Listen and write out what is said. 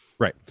Right